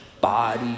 body